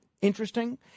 interesting